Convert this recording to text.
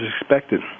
expected